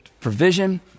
provision